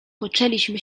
poczęliśmy